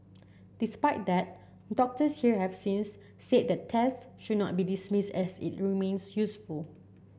despite that doctors here have since said that test should not be dismissed as it remains useful